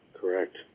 Correct